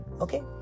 Okay